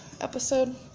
episode